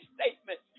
statement